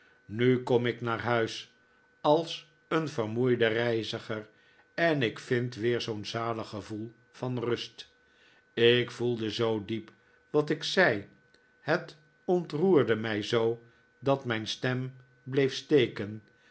nu kom ik naar huis als een vermoeide reiziger en ik vind weer zoo'n zalig gevoel van rust ik voelde zoo diep wat ik zei het ontroerde mij zoo dat mijn stem bleef steken